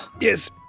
Yes